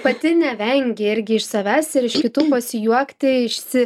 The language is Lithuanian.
pati nevengi irgi iš savęs ir iš kitų pasijuokti išsi